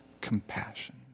compassion